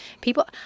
People